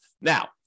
Now